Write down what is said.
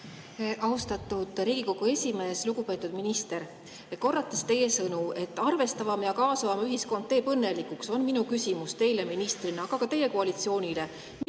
Austatud Riigikogu esimees! Lugupeetud minister! Korrates teie sõnu, et arvestavam, kaasavam ühiskond teeb õnnelikuks, on minu küsimus teile kui ministrile, aga ka teie koalitsioonile.